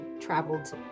traveled